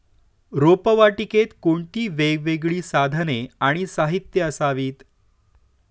रोपवाटिकेत कोणती वेगवेगळी साधने आणि साहित्य असावीत?